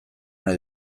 nahi